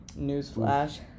newsflash